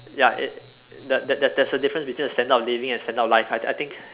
ya it there there there's a difference between standard of living and standard of life I I think